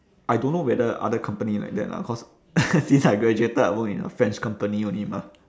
I don't know whether other company like that lah cause since I graduated I work in a french company only mah